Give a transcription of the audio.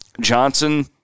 Johnson